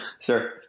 Sure